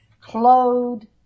clothed